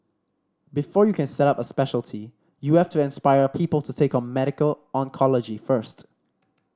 before you can set up a speciality you have to inspire people to take on medical oncology first